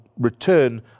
return